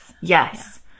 yes